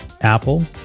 Apple